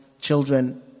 children